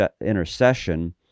intercession